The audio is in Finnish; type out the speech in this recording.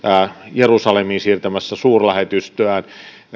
jerusalemiin siirtämässä suurlähetystöään